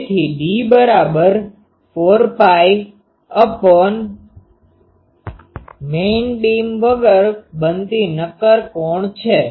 તેથી D4મેઈન બીમ દ્વારા બનતો નક્કર કોણ છે